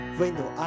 window